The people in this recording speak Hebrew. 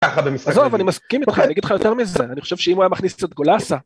עזוב, אני מסכים איתך, אני אגיד לך יותר מזה, אני חושב שאם הוא היה מכניס קצת גולאסה